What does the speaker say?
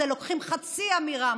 במקום זה לוקחים חצי אמירה,